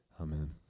Amen